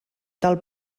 del